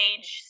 Age